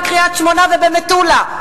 בקריית-שמונה ובמטולה.